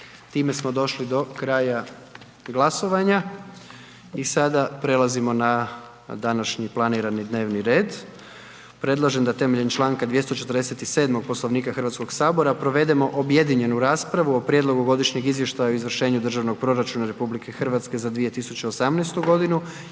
**Jandroković, Gordan (HDZ)** I sada prelazimo na današnji planirani dnevni red. Predlažem da temeljem članka 247. Poslovnika Hrvatskoga sabora provedemo objedinjenu raspravu o: - Prijedlog godišnjeg izvještaja o izvršenju Državnog proračuna Republike Hrvatske za 2018. godinu